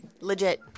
legit